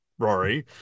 Rory